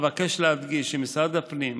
אבקש להדגיש כי משרד הפנים,